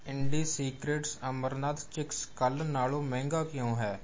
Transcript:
ਇੰਡੀਸਿਕ੍ਰੇਟਸ ਅਮਰਨਾਥ ਚਿੱਕੀਸ ਕੱਲ੍ਹ ਨਾਲੋਂ ਮਹਿੰਗਾ ਕਿਉਂ ਹੈ